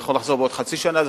זה יכול לחזור בעוד חצי שנה,